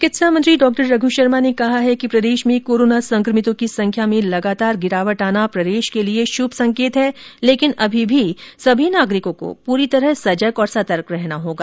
चिकित्सा मंत्री डॉ रघ शर्मा ने कहा है कि प्रदेश में कोरोना संक्रमितों की संख्या में लगातार गिरावट आना प्रदेश के लिए शुभ सेकेत हैं लेकिन अभी भी सभी नागरिकों को पूरी तरह सजग और सतर्क रहना होगा